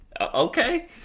okay